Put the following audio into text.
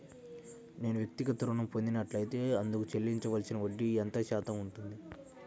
నేను వ్యక్తిగత ఋణం పొందినట్లైతే అందుకు చెల్లించవలసిన వడ్డీ ఎంత శాతం ఉంటుంది?